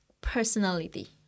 personality